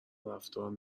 رفتار